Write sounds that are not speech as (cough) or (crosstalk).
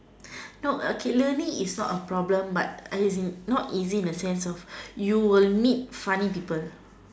(breath) no okay learning is not a problem but as in not easy in the sense of you will meet funny people